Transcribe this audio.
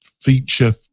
feature